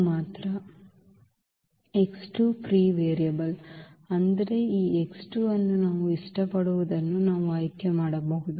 x 2 ಉಚಿತ variable free variable ಅಂದರೆ ಈ x 2 ಅನ್ನು ನಾವು ಇಷ್ಟಪಡುವದನ್ನು ನಾವು ಆಯ್ಕೆ ಮಾಡಬಹುದು